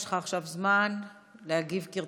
יש לך עכשיו זמן להגיב כרצונך.